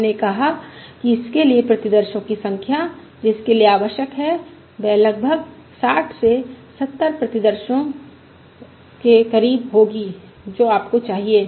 हमने कहा कि इसके लिए प्रतिदर्शो की संख्या जो इसके लिए आवश्यक है वह लगभग 60 से 70 प्रतिदर्शो होगी जो आपको चाहिए